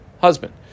husband